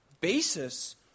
basis